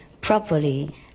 properly